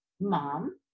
mom